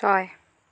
ছয়